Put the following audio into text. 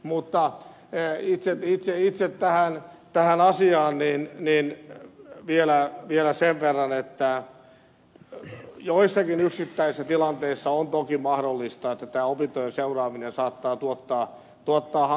mutta itse tähän asiaan vielä sen verran että joissakin yksittäisissä tilanteissa on toki mahdollista että tämä opintojen seuraaminen saattaa tuottaa hankaluuksia